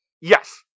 Yes